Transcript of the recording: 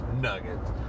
nuggets